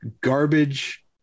garbage